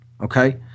okay